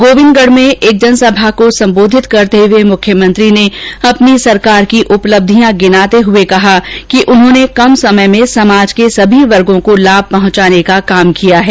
गोविंदगढ में एक जनसभा को संबोधित करते हुए मुख्यमंत्री ने अपनी सरकार की उपलब्धियां गिनाते हुए कहा कि उन्होंने कम समय में समाज के सभी वर्गों को लाभ पहुंचाने का काम किया है